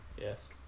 Yes